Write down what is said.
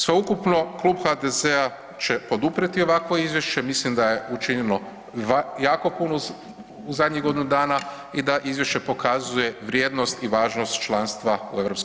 Sveukupno klub HDZ-a će poduprijeti ovakvo izvješće, mislim da je učinilo jako punu u zadnjih godinu dana i da izvješće pokazuje vrijednost i važnost članstva u EU.